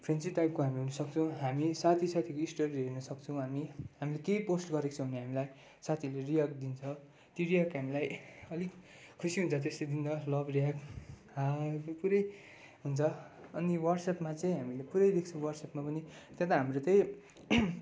friendship टाइपको हामी हुनुसक्छौँ हामी साथी साथीको स्टोरीहरू हेर्न सक्छौँ हामी हामीले केही पोस्ट गरेको छ भने हामीलाई साथीहरूले रियाक्ट दिन्छ त्यो रियाक्ट हामीलाई अलिक खुसी हुन्छ त्यस्तो दिँदा लभ रियाक्ट हाहाहरूको पुरै हुन्छ अनि वाट्सएपमा चाहिँ हामीले पुरै देख्छौँ वाट्सएपमा पनि त्यहाँ त हाम्रो त्यही